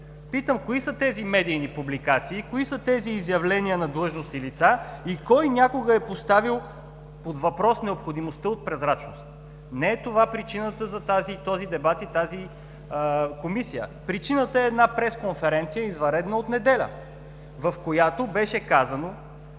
Питам кои са тези медийни публикации, кои са тези изявления на длъжностни лица и кой някога е поставил под въпрос необходимостта от прозрачност? Не е това причината за този дебат и тази Комисия. Причината е една извънредна пресконференция, от неделя, в която беше казано,